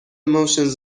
motions